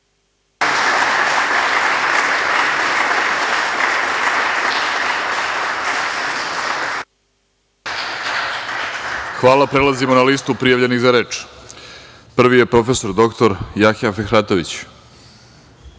Hvala. Prelazimo na listu prijavljenih za reč. Prvi je prof. dr Jahja Fehratović.